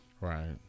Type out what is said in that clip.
Right